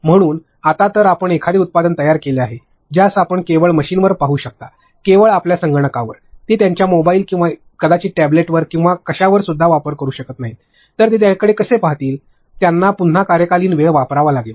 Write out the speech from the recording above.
म्हणून आता जर आपण एखादे उत्पादन तयार केले आहे ज्यास आपण केवळ मशीनवर पाहू शकता केवळ आपल्या संगणकावर ते त्यांच्या मोबाइलवर किंवा कदाचित टॅब्लेटवर किंवा कशावर सुद्धा वापर करू शकत नाहीत तर ते त्याकडे कसे पाहतील त्यांना पुन्हा कार्यालयीन वेळ वापरावा लागेल